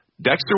Dexter